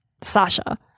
Sasha